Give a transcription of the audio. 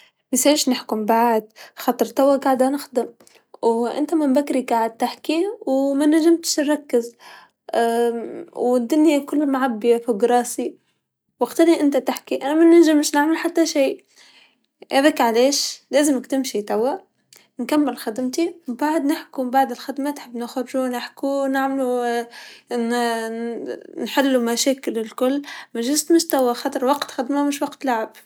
أول شي بحاول إني أكون لطيف معه ما حاكيه بإسلوب جاف أو بطريقة تحسسه إني ما أبغيه يجلس معي ،أو ما أبغيه يحاكيني لا بحاكيه بهدوء إنه ترانا بالدوام الحين ،ما فينا نمزح وما فينا ن- نلعب بس نخلص فينا نخرج نسولف نروح أي محل كافيه ولا شي، لكن الحين هذا وقت الشغل